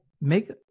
make